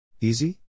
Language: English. Easy